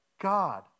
God